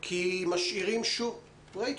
כי שוב משאירים את